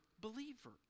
believer